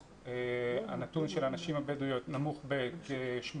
אז הנתון של הנשים הבדואיות נמוך בכ-80%.